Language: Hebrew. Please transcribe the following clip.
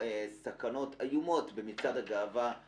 גברתי היושבת-ראש,